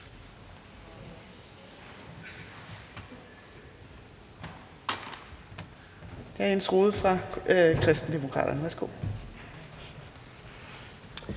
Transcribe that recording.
hr. Jens Rohde fra Kristendemokraterne. Værsgo.